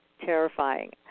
terrifying